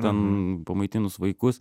ten pamaitinus vaikus